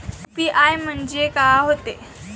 UPI म्हणजे का होते?